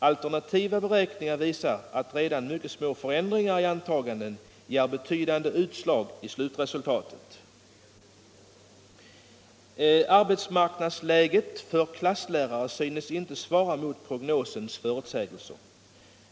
Alternativa beräkningar visar att redan mycket små förändringar i antagandena ger betydande utslag i slutresultatet.” På samma sida skriver man: ”Arbetsmarknadsläget för klasslärare synes inte svara mot prognosens förutsägelser.